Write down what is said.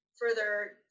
further